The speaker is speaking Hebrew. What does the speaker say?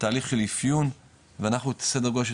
בתהליך של אפיון ואנחנו עוד סדר גודל של